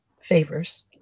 favors